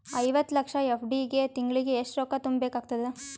ಐವತ್ತು ಲಕ್ಷ ಎಫ್.ಡಿ ಗೆ ತಿಂಗಳಿಗೆ ಎಷ್ಟು ರೊಕ್ಕ ತುಂಬಾ ಬೇಕಾಗತದ?